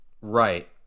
right